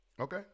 okay